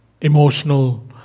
emotional